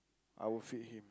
I will feed him